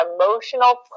emotional